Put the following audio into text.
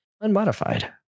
Unmodified